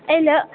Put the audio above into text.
एहि लऽ